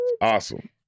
awesome